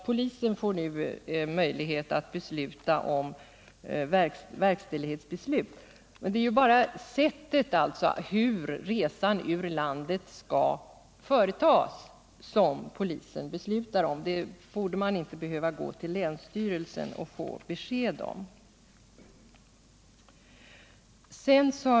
Polisen får nu möjlighet att fatta verkställighetsbeslut. Men det är bara sättet för hur resan ur landet skall företas som polisen beslutar om — det borde man inte behöva gå till länsstyrelsen för att få besked om.